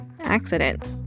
accident